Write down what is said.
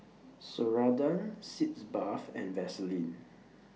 Ceradan Sitz Bath and Vaselin